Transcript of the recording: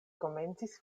komencis